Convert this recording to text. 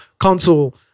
council